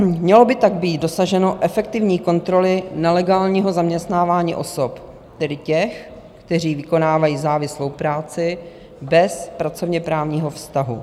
Mělo by tak být dosaženo efektivní kontroly nelegálního zaměstnávání osob, tedy těch, kteří vykonávají závislou práci bez pracovněprávního vztahu.